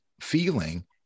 feeling